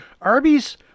arby's